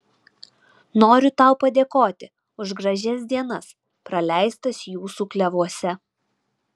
noriu tau padėkoti už gražias dienas praleistas jūsų klevuose